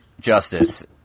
justice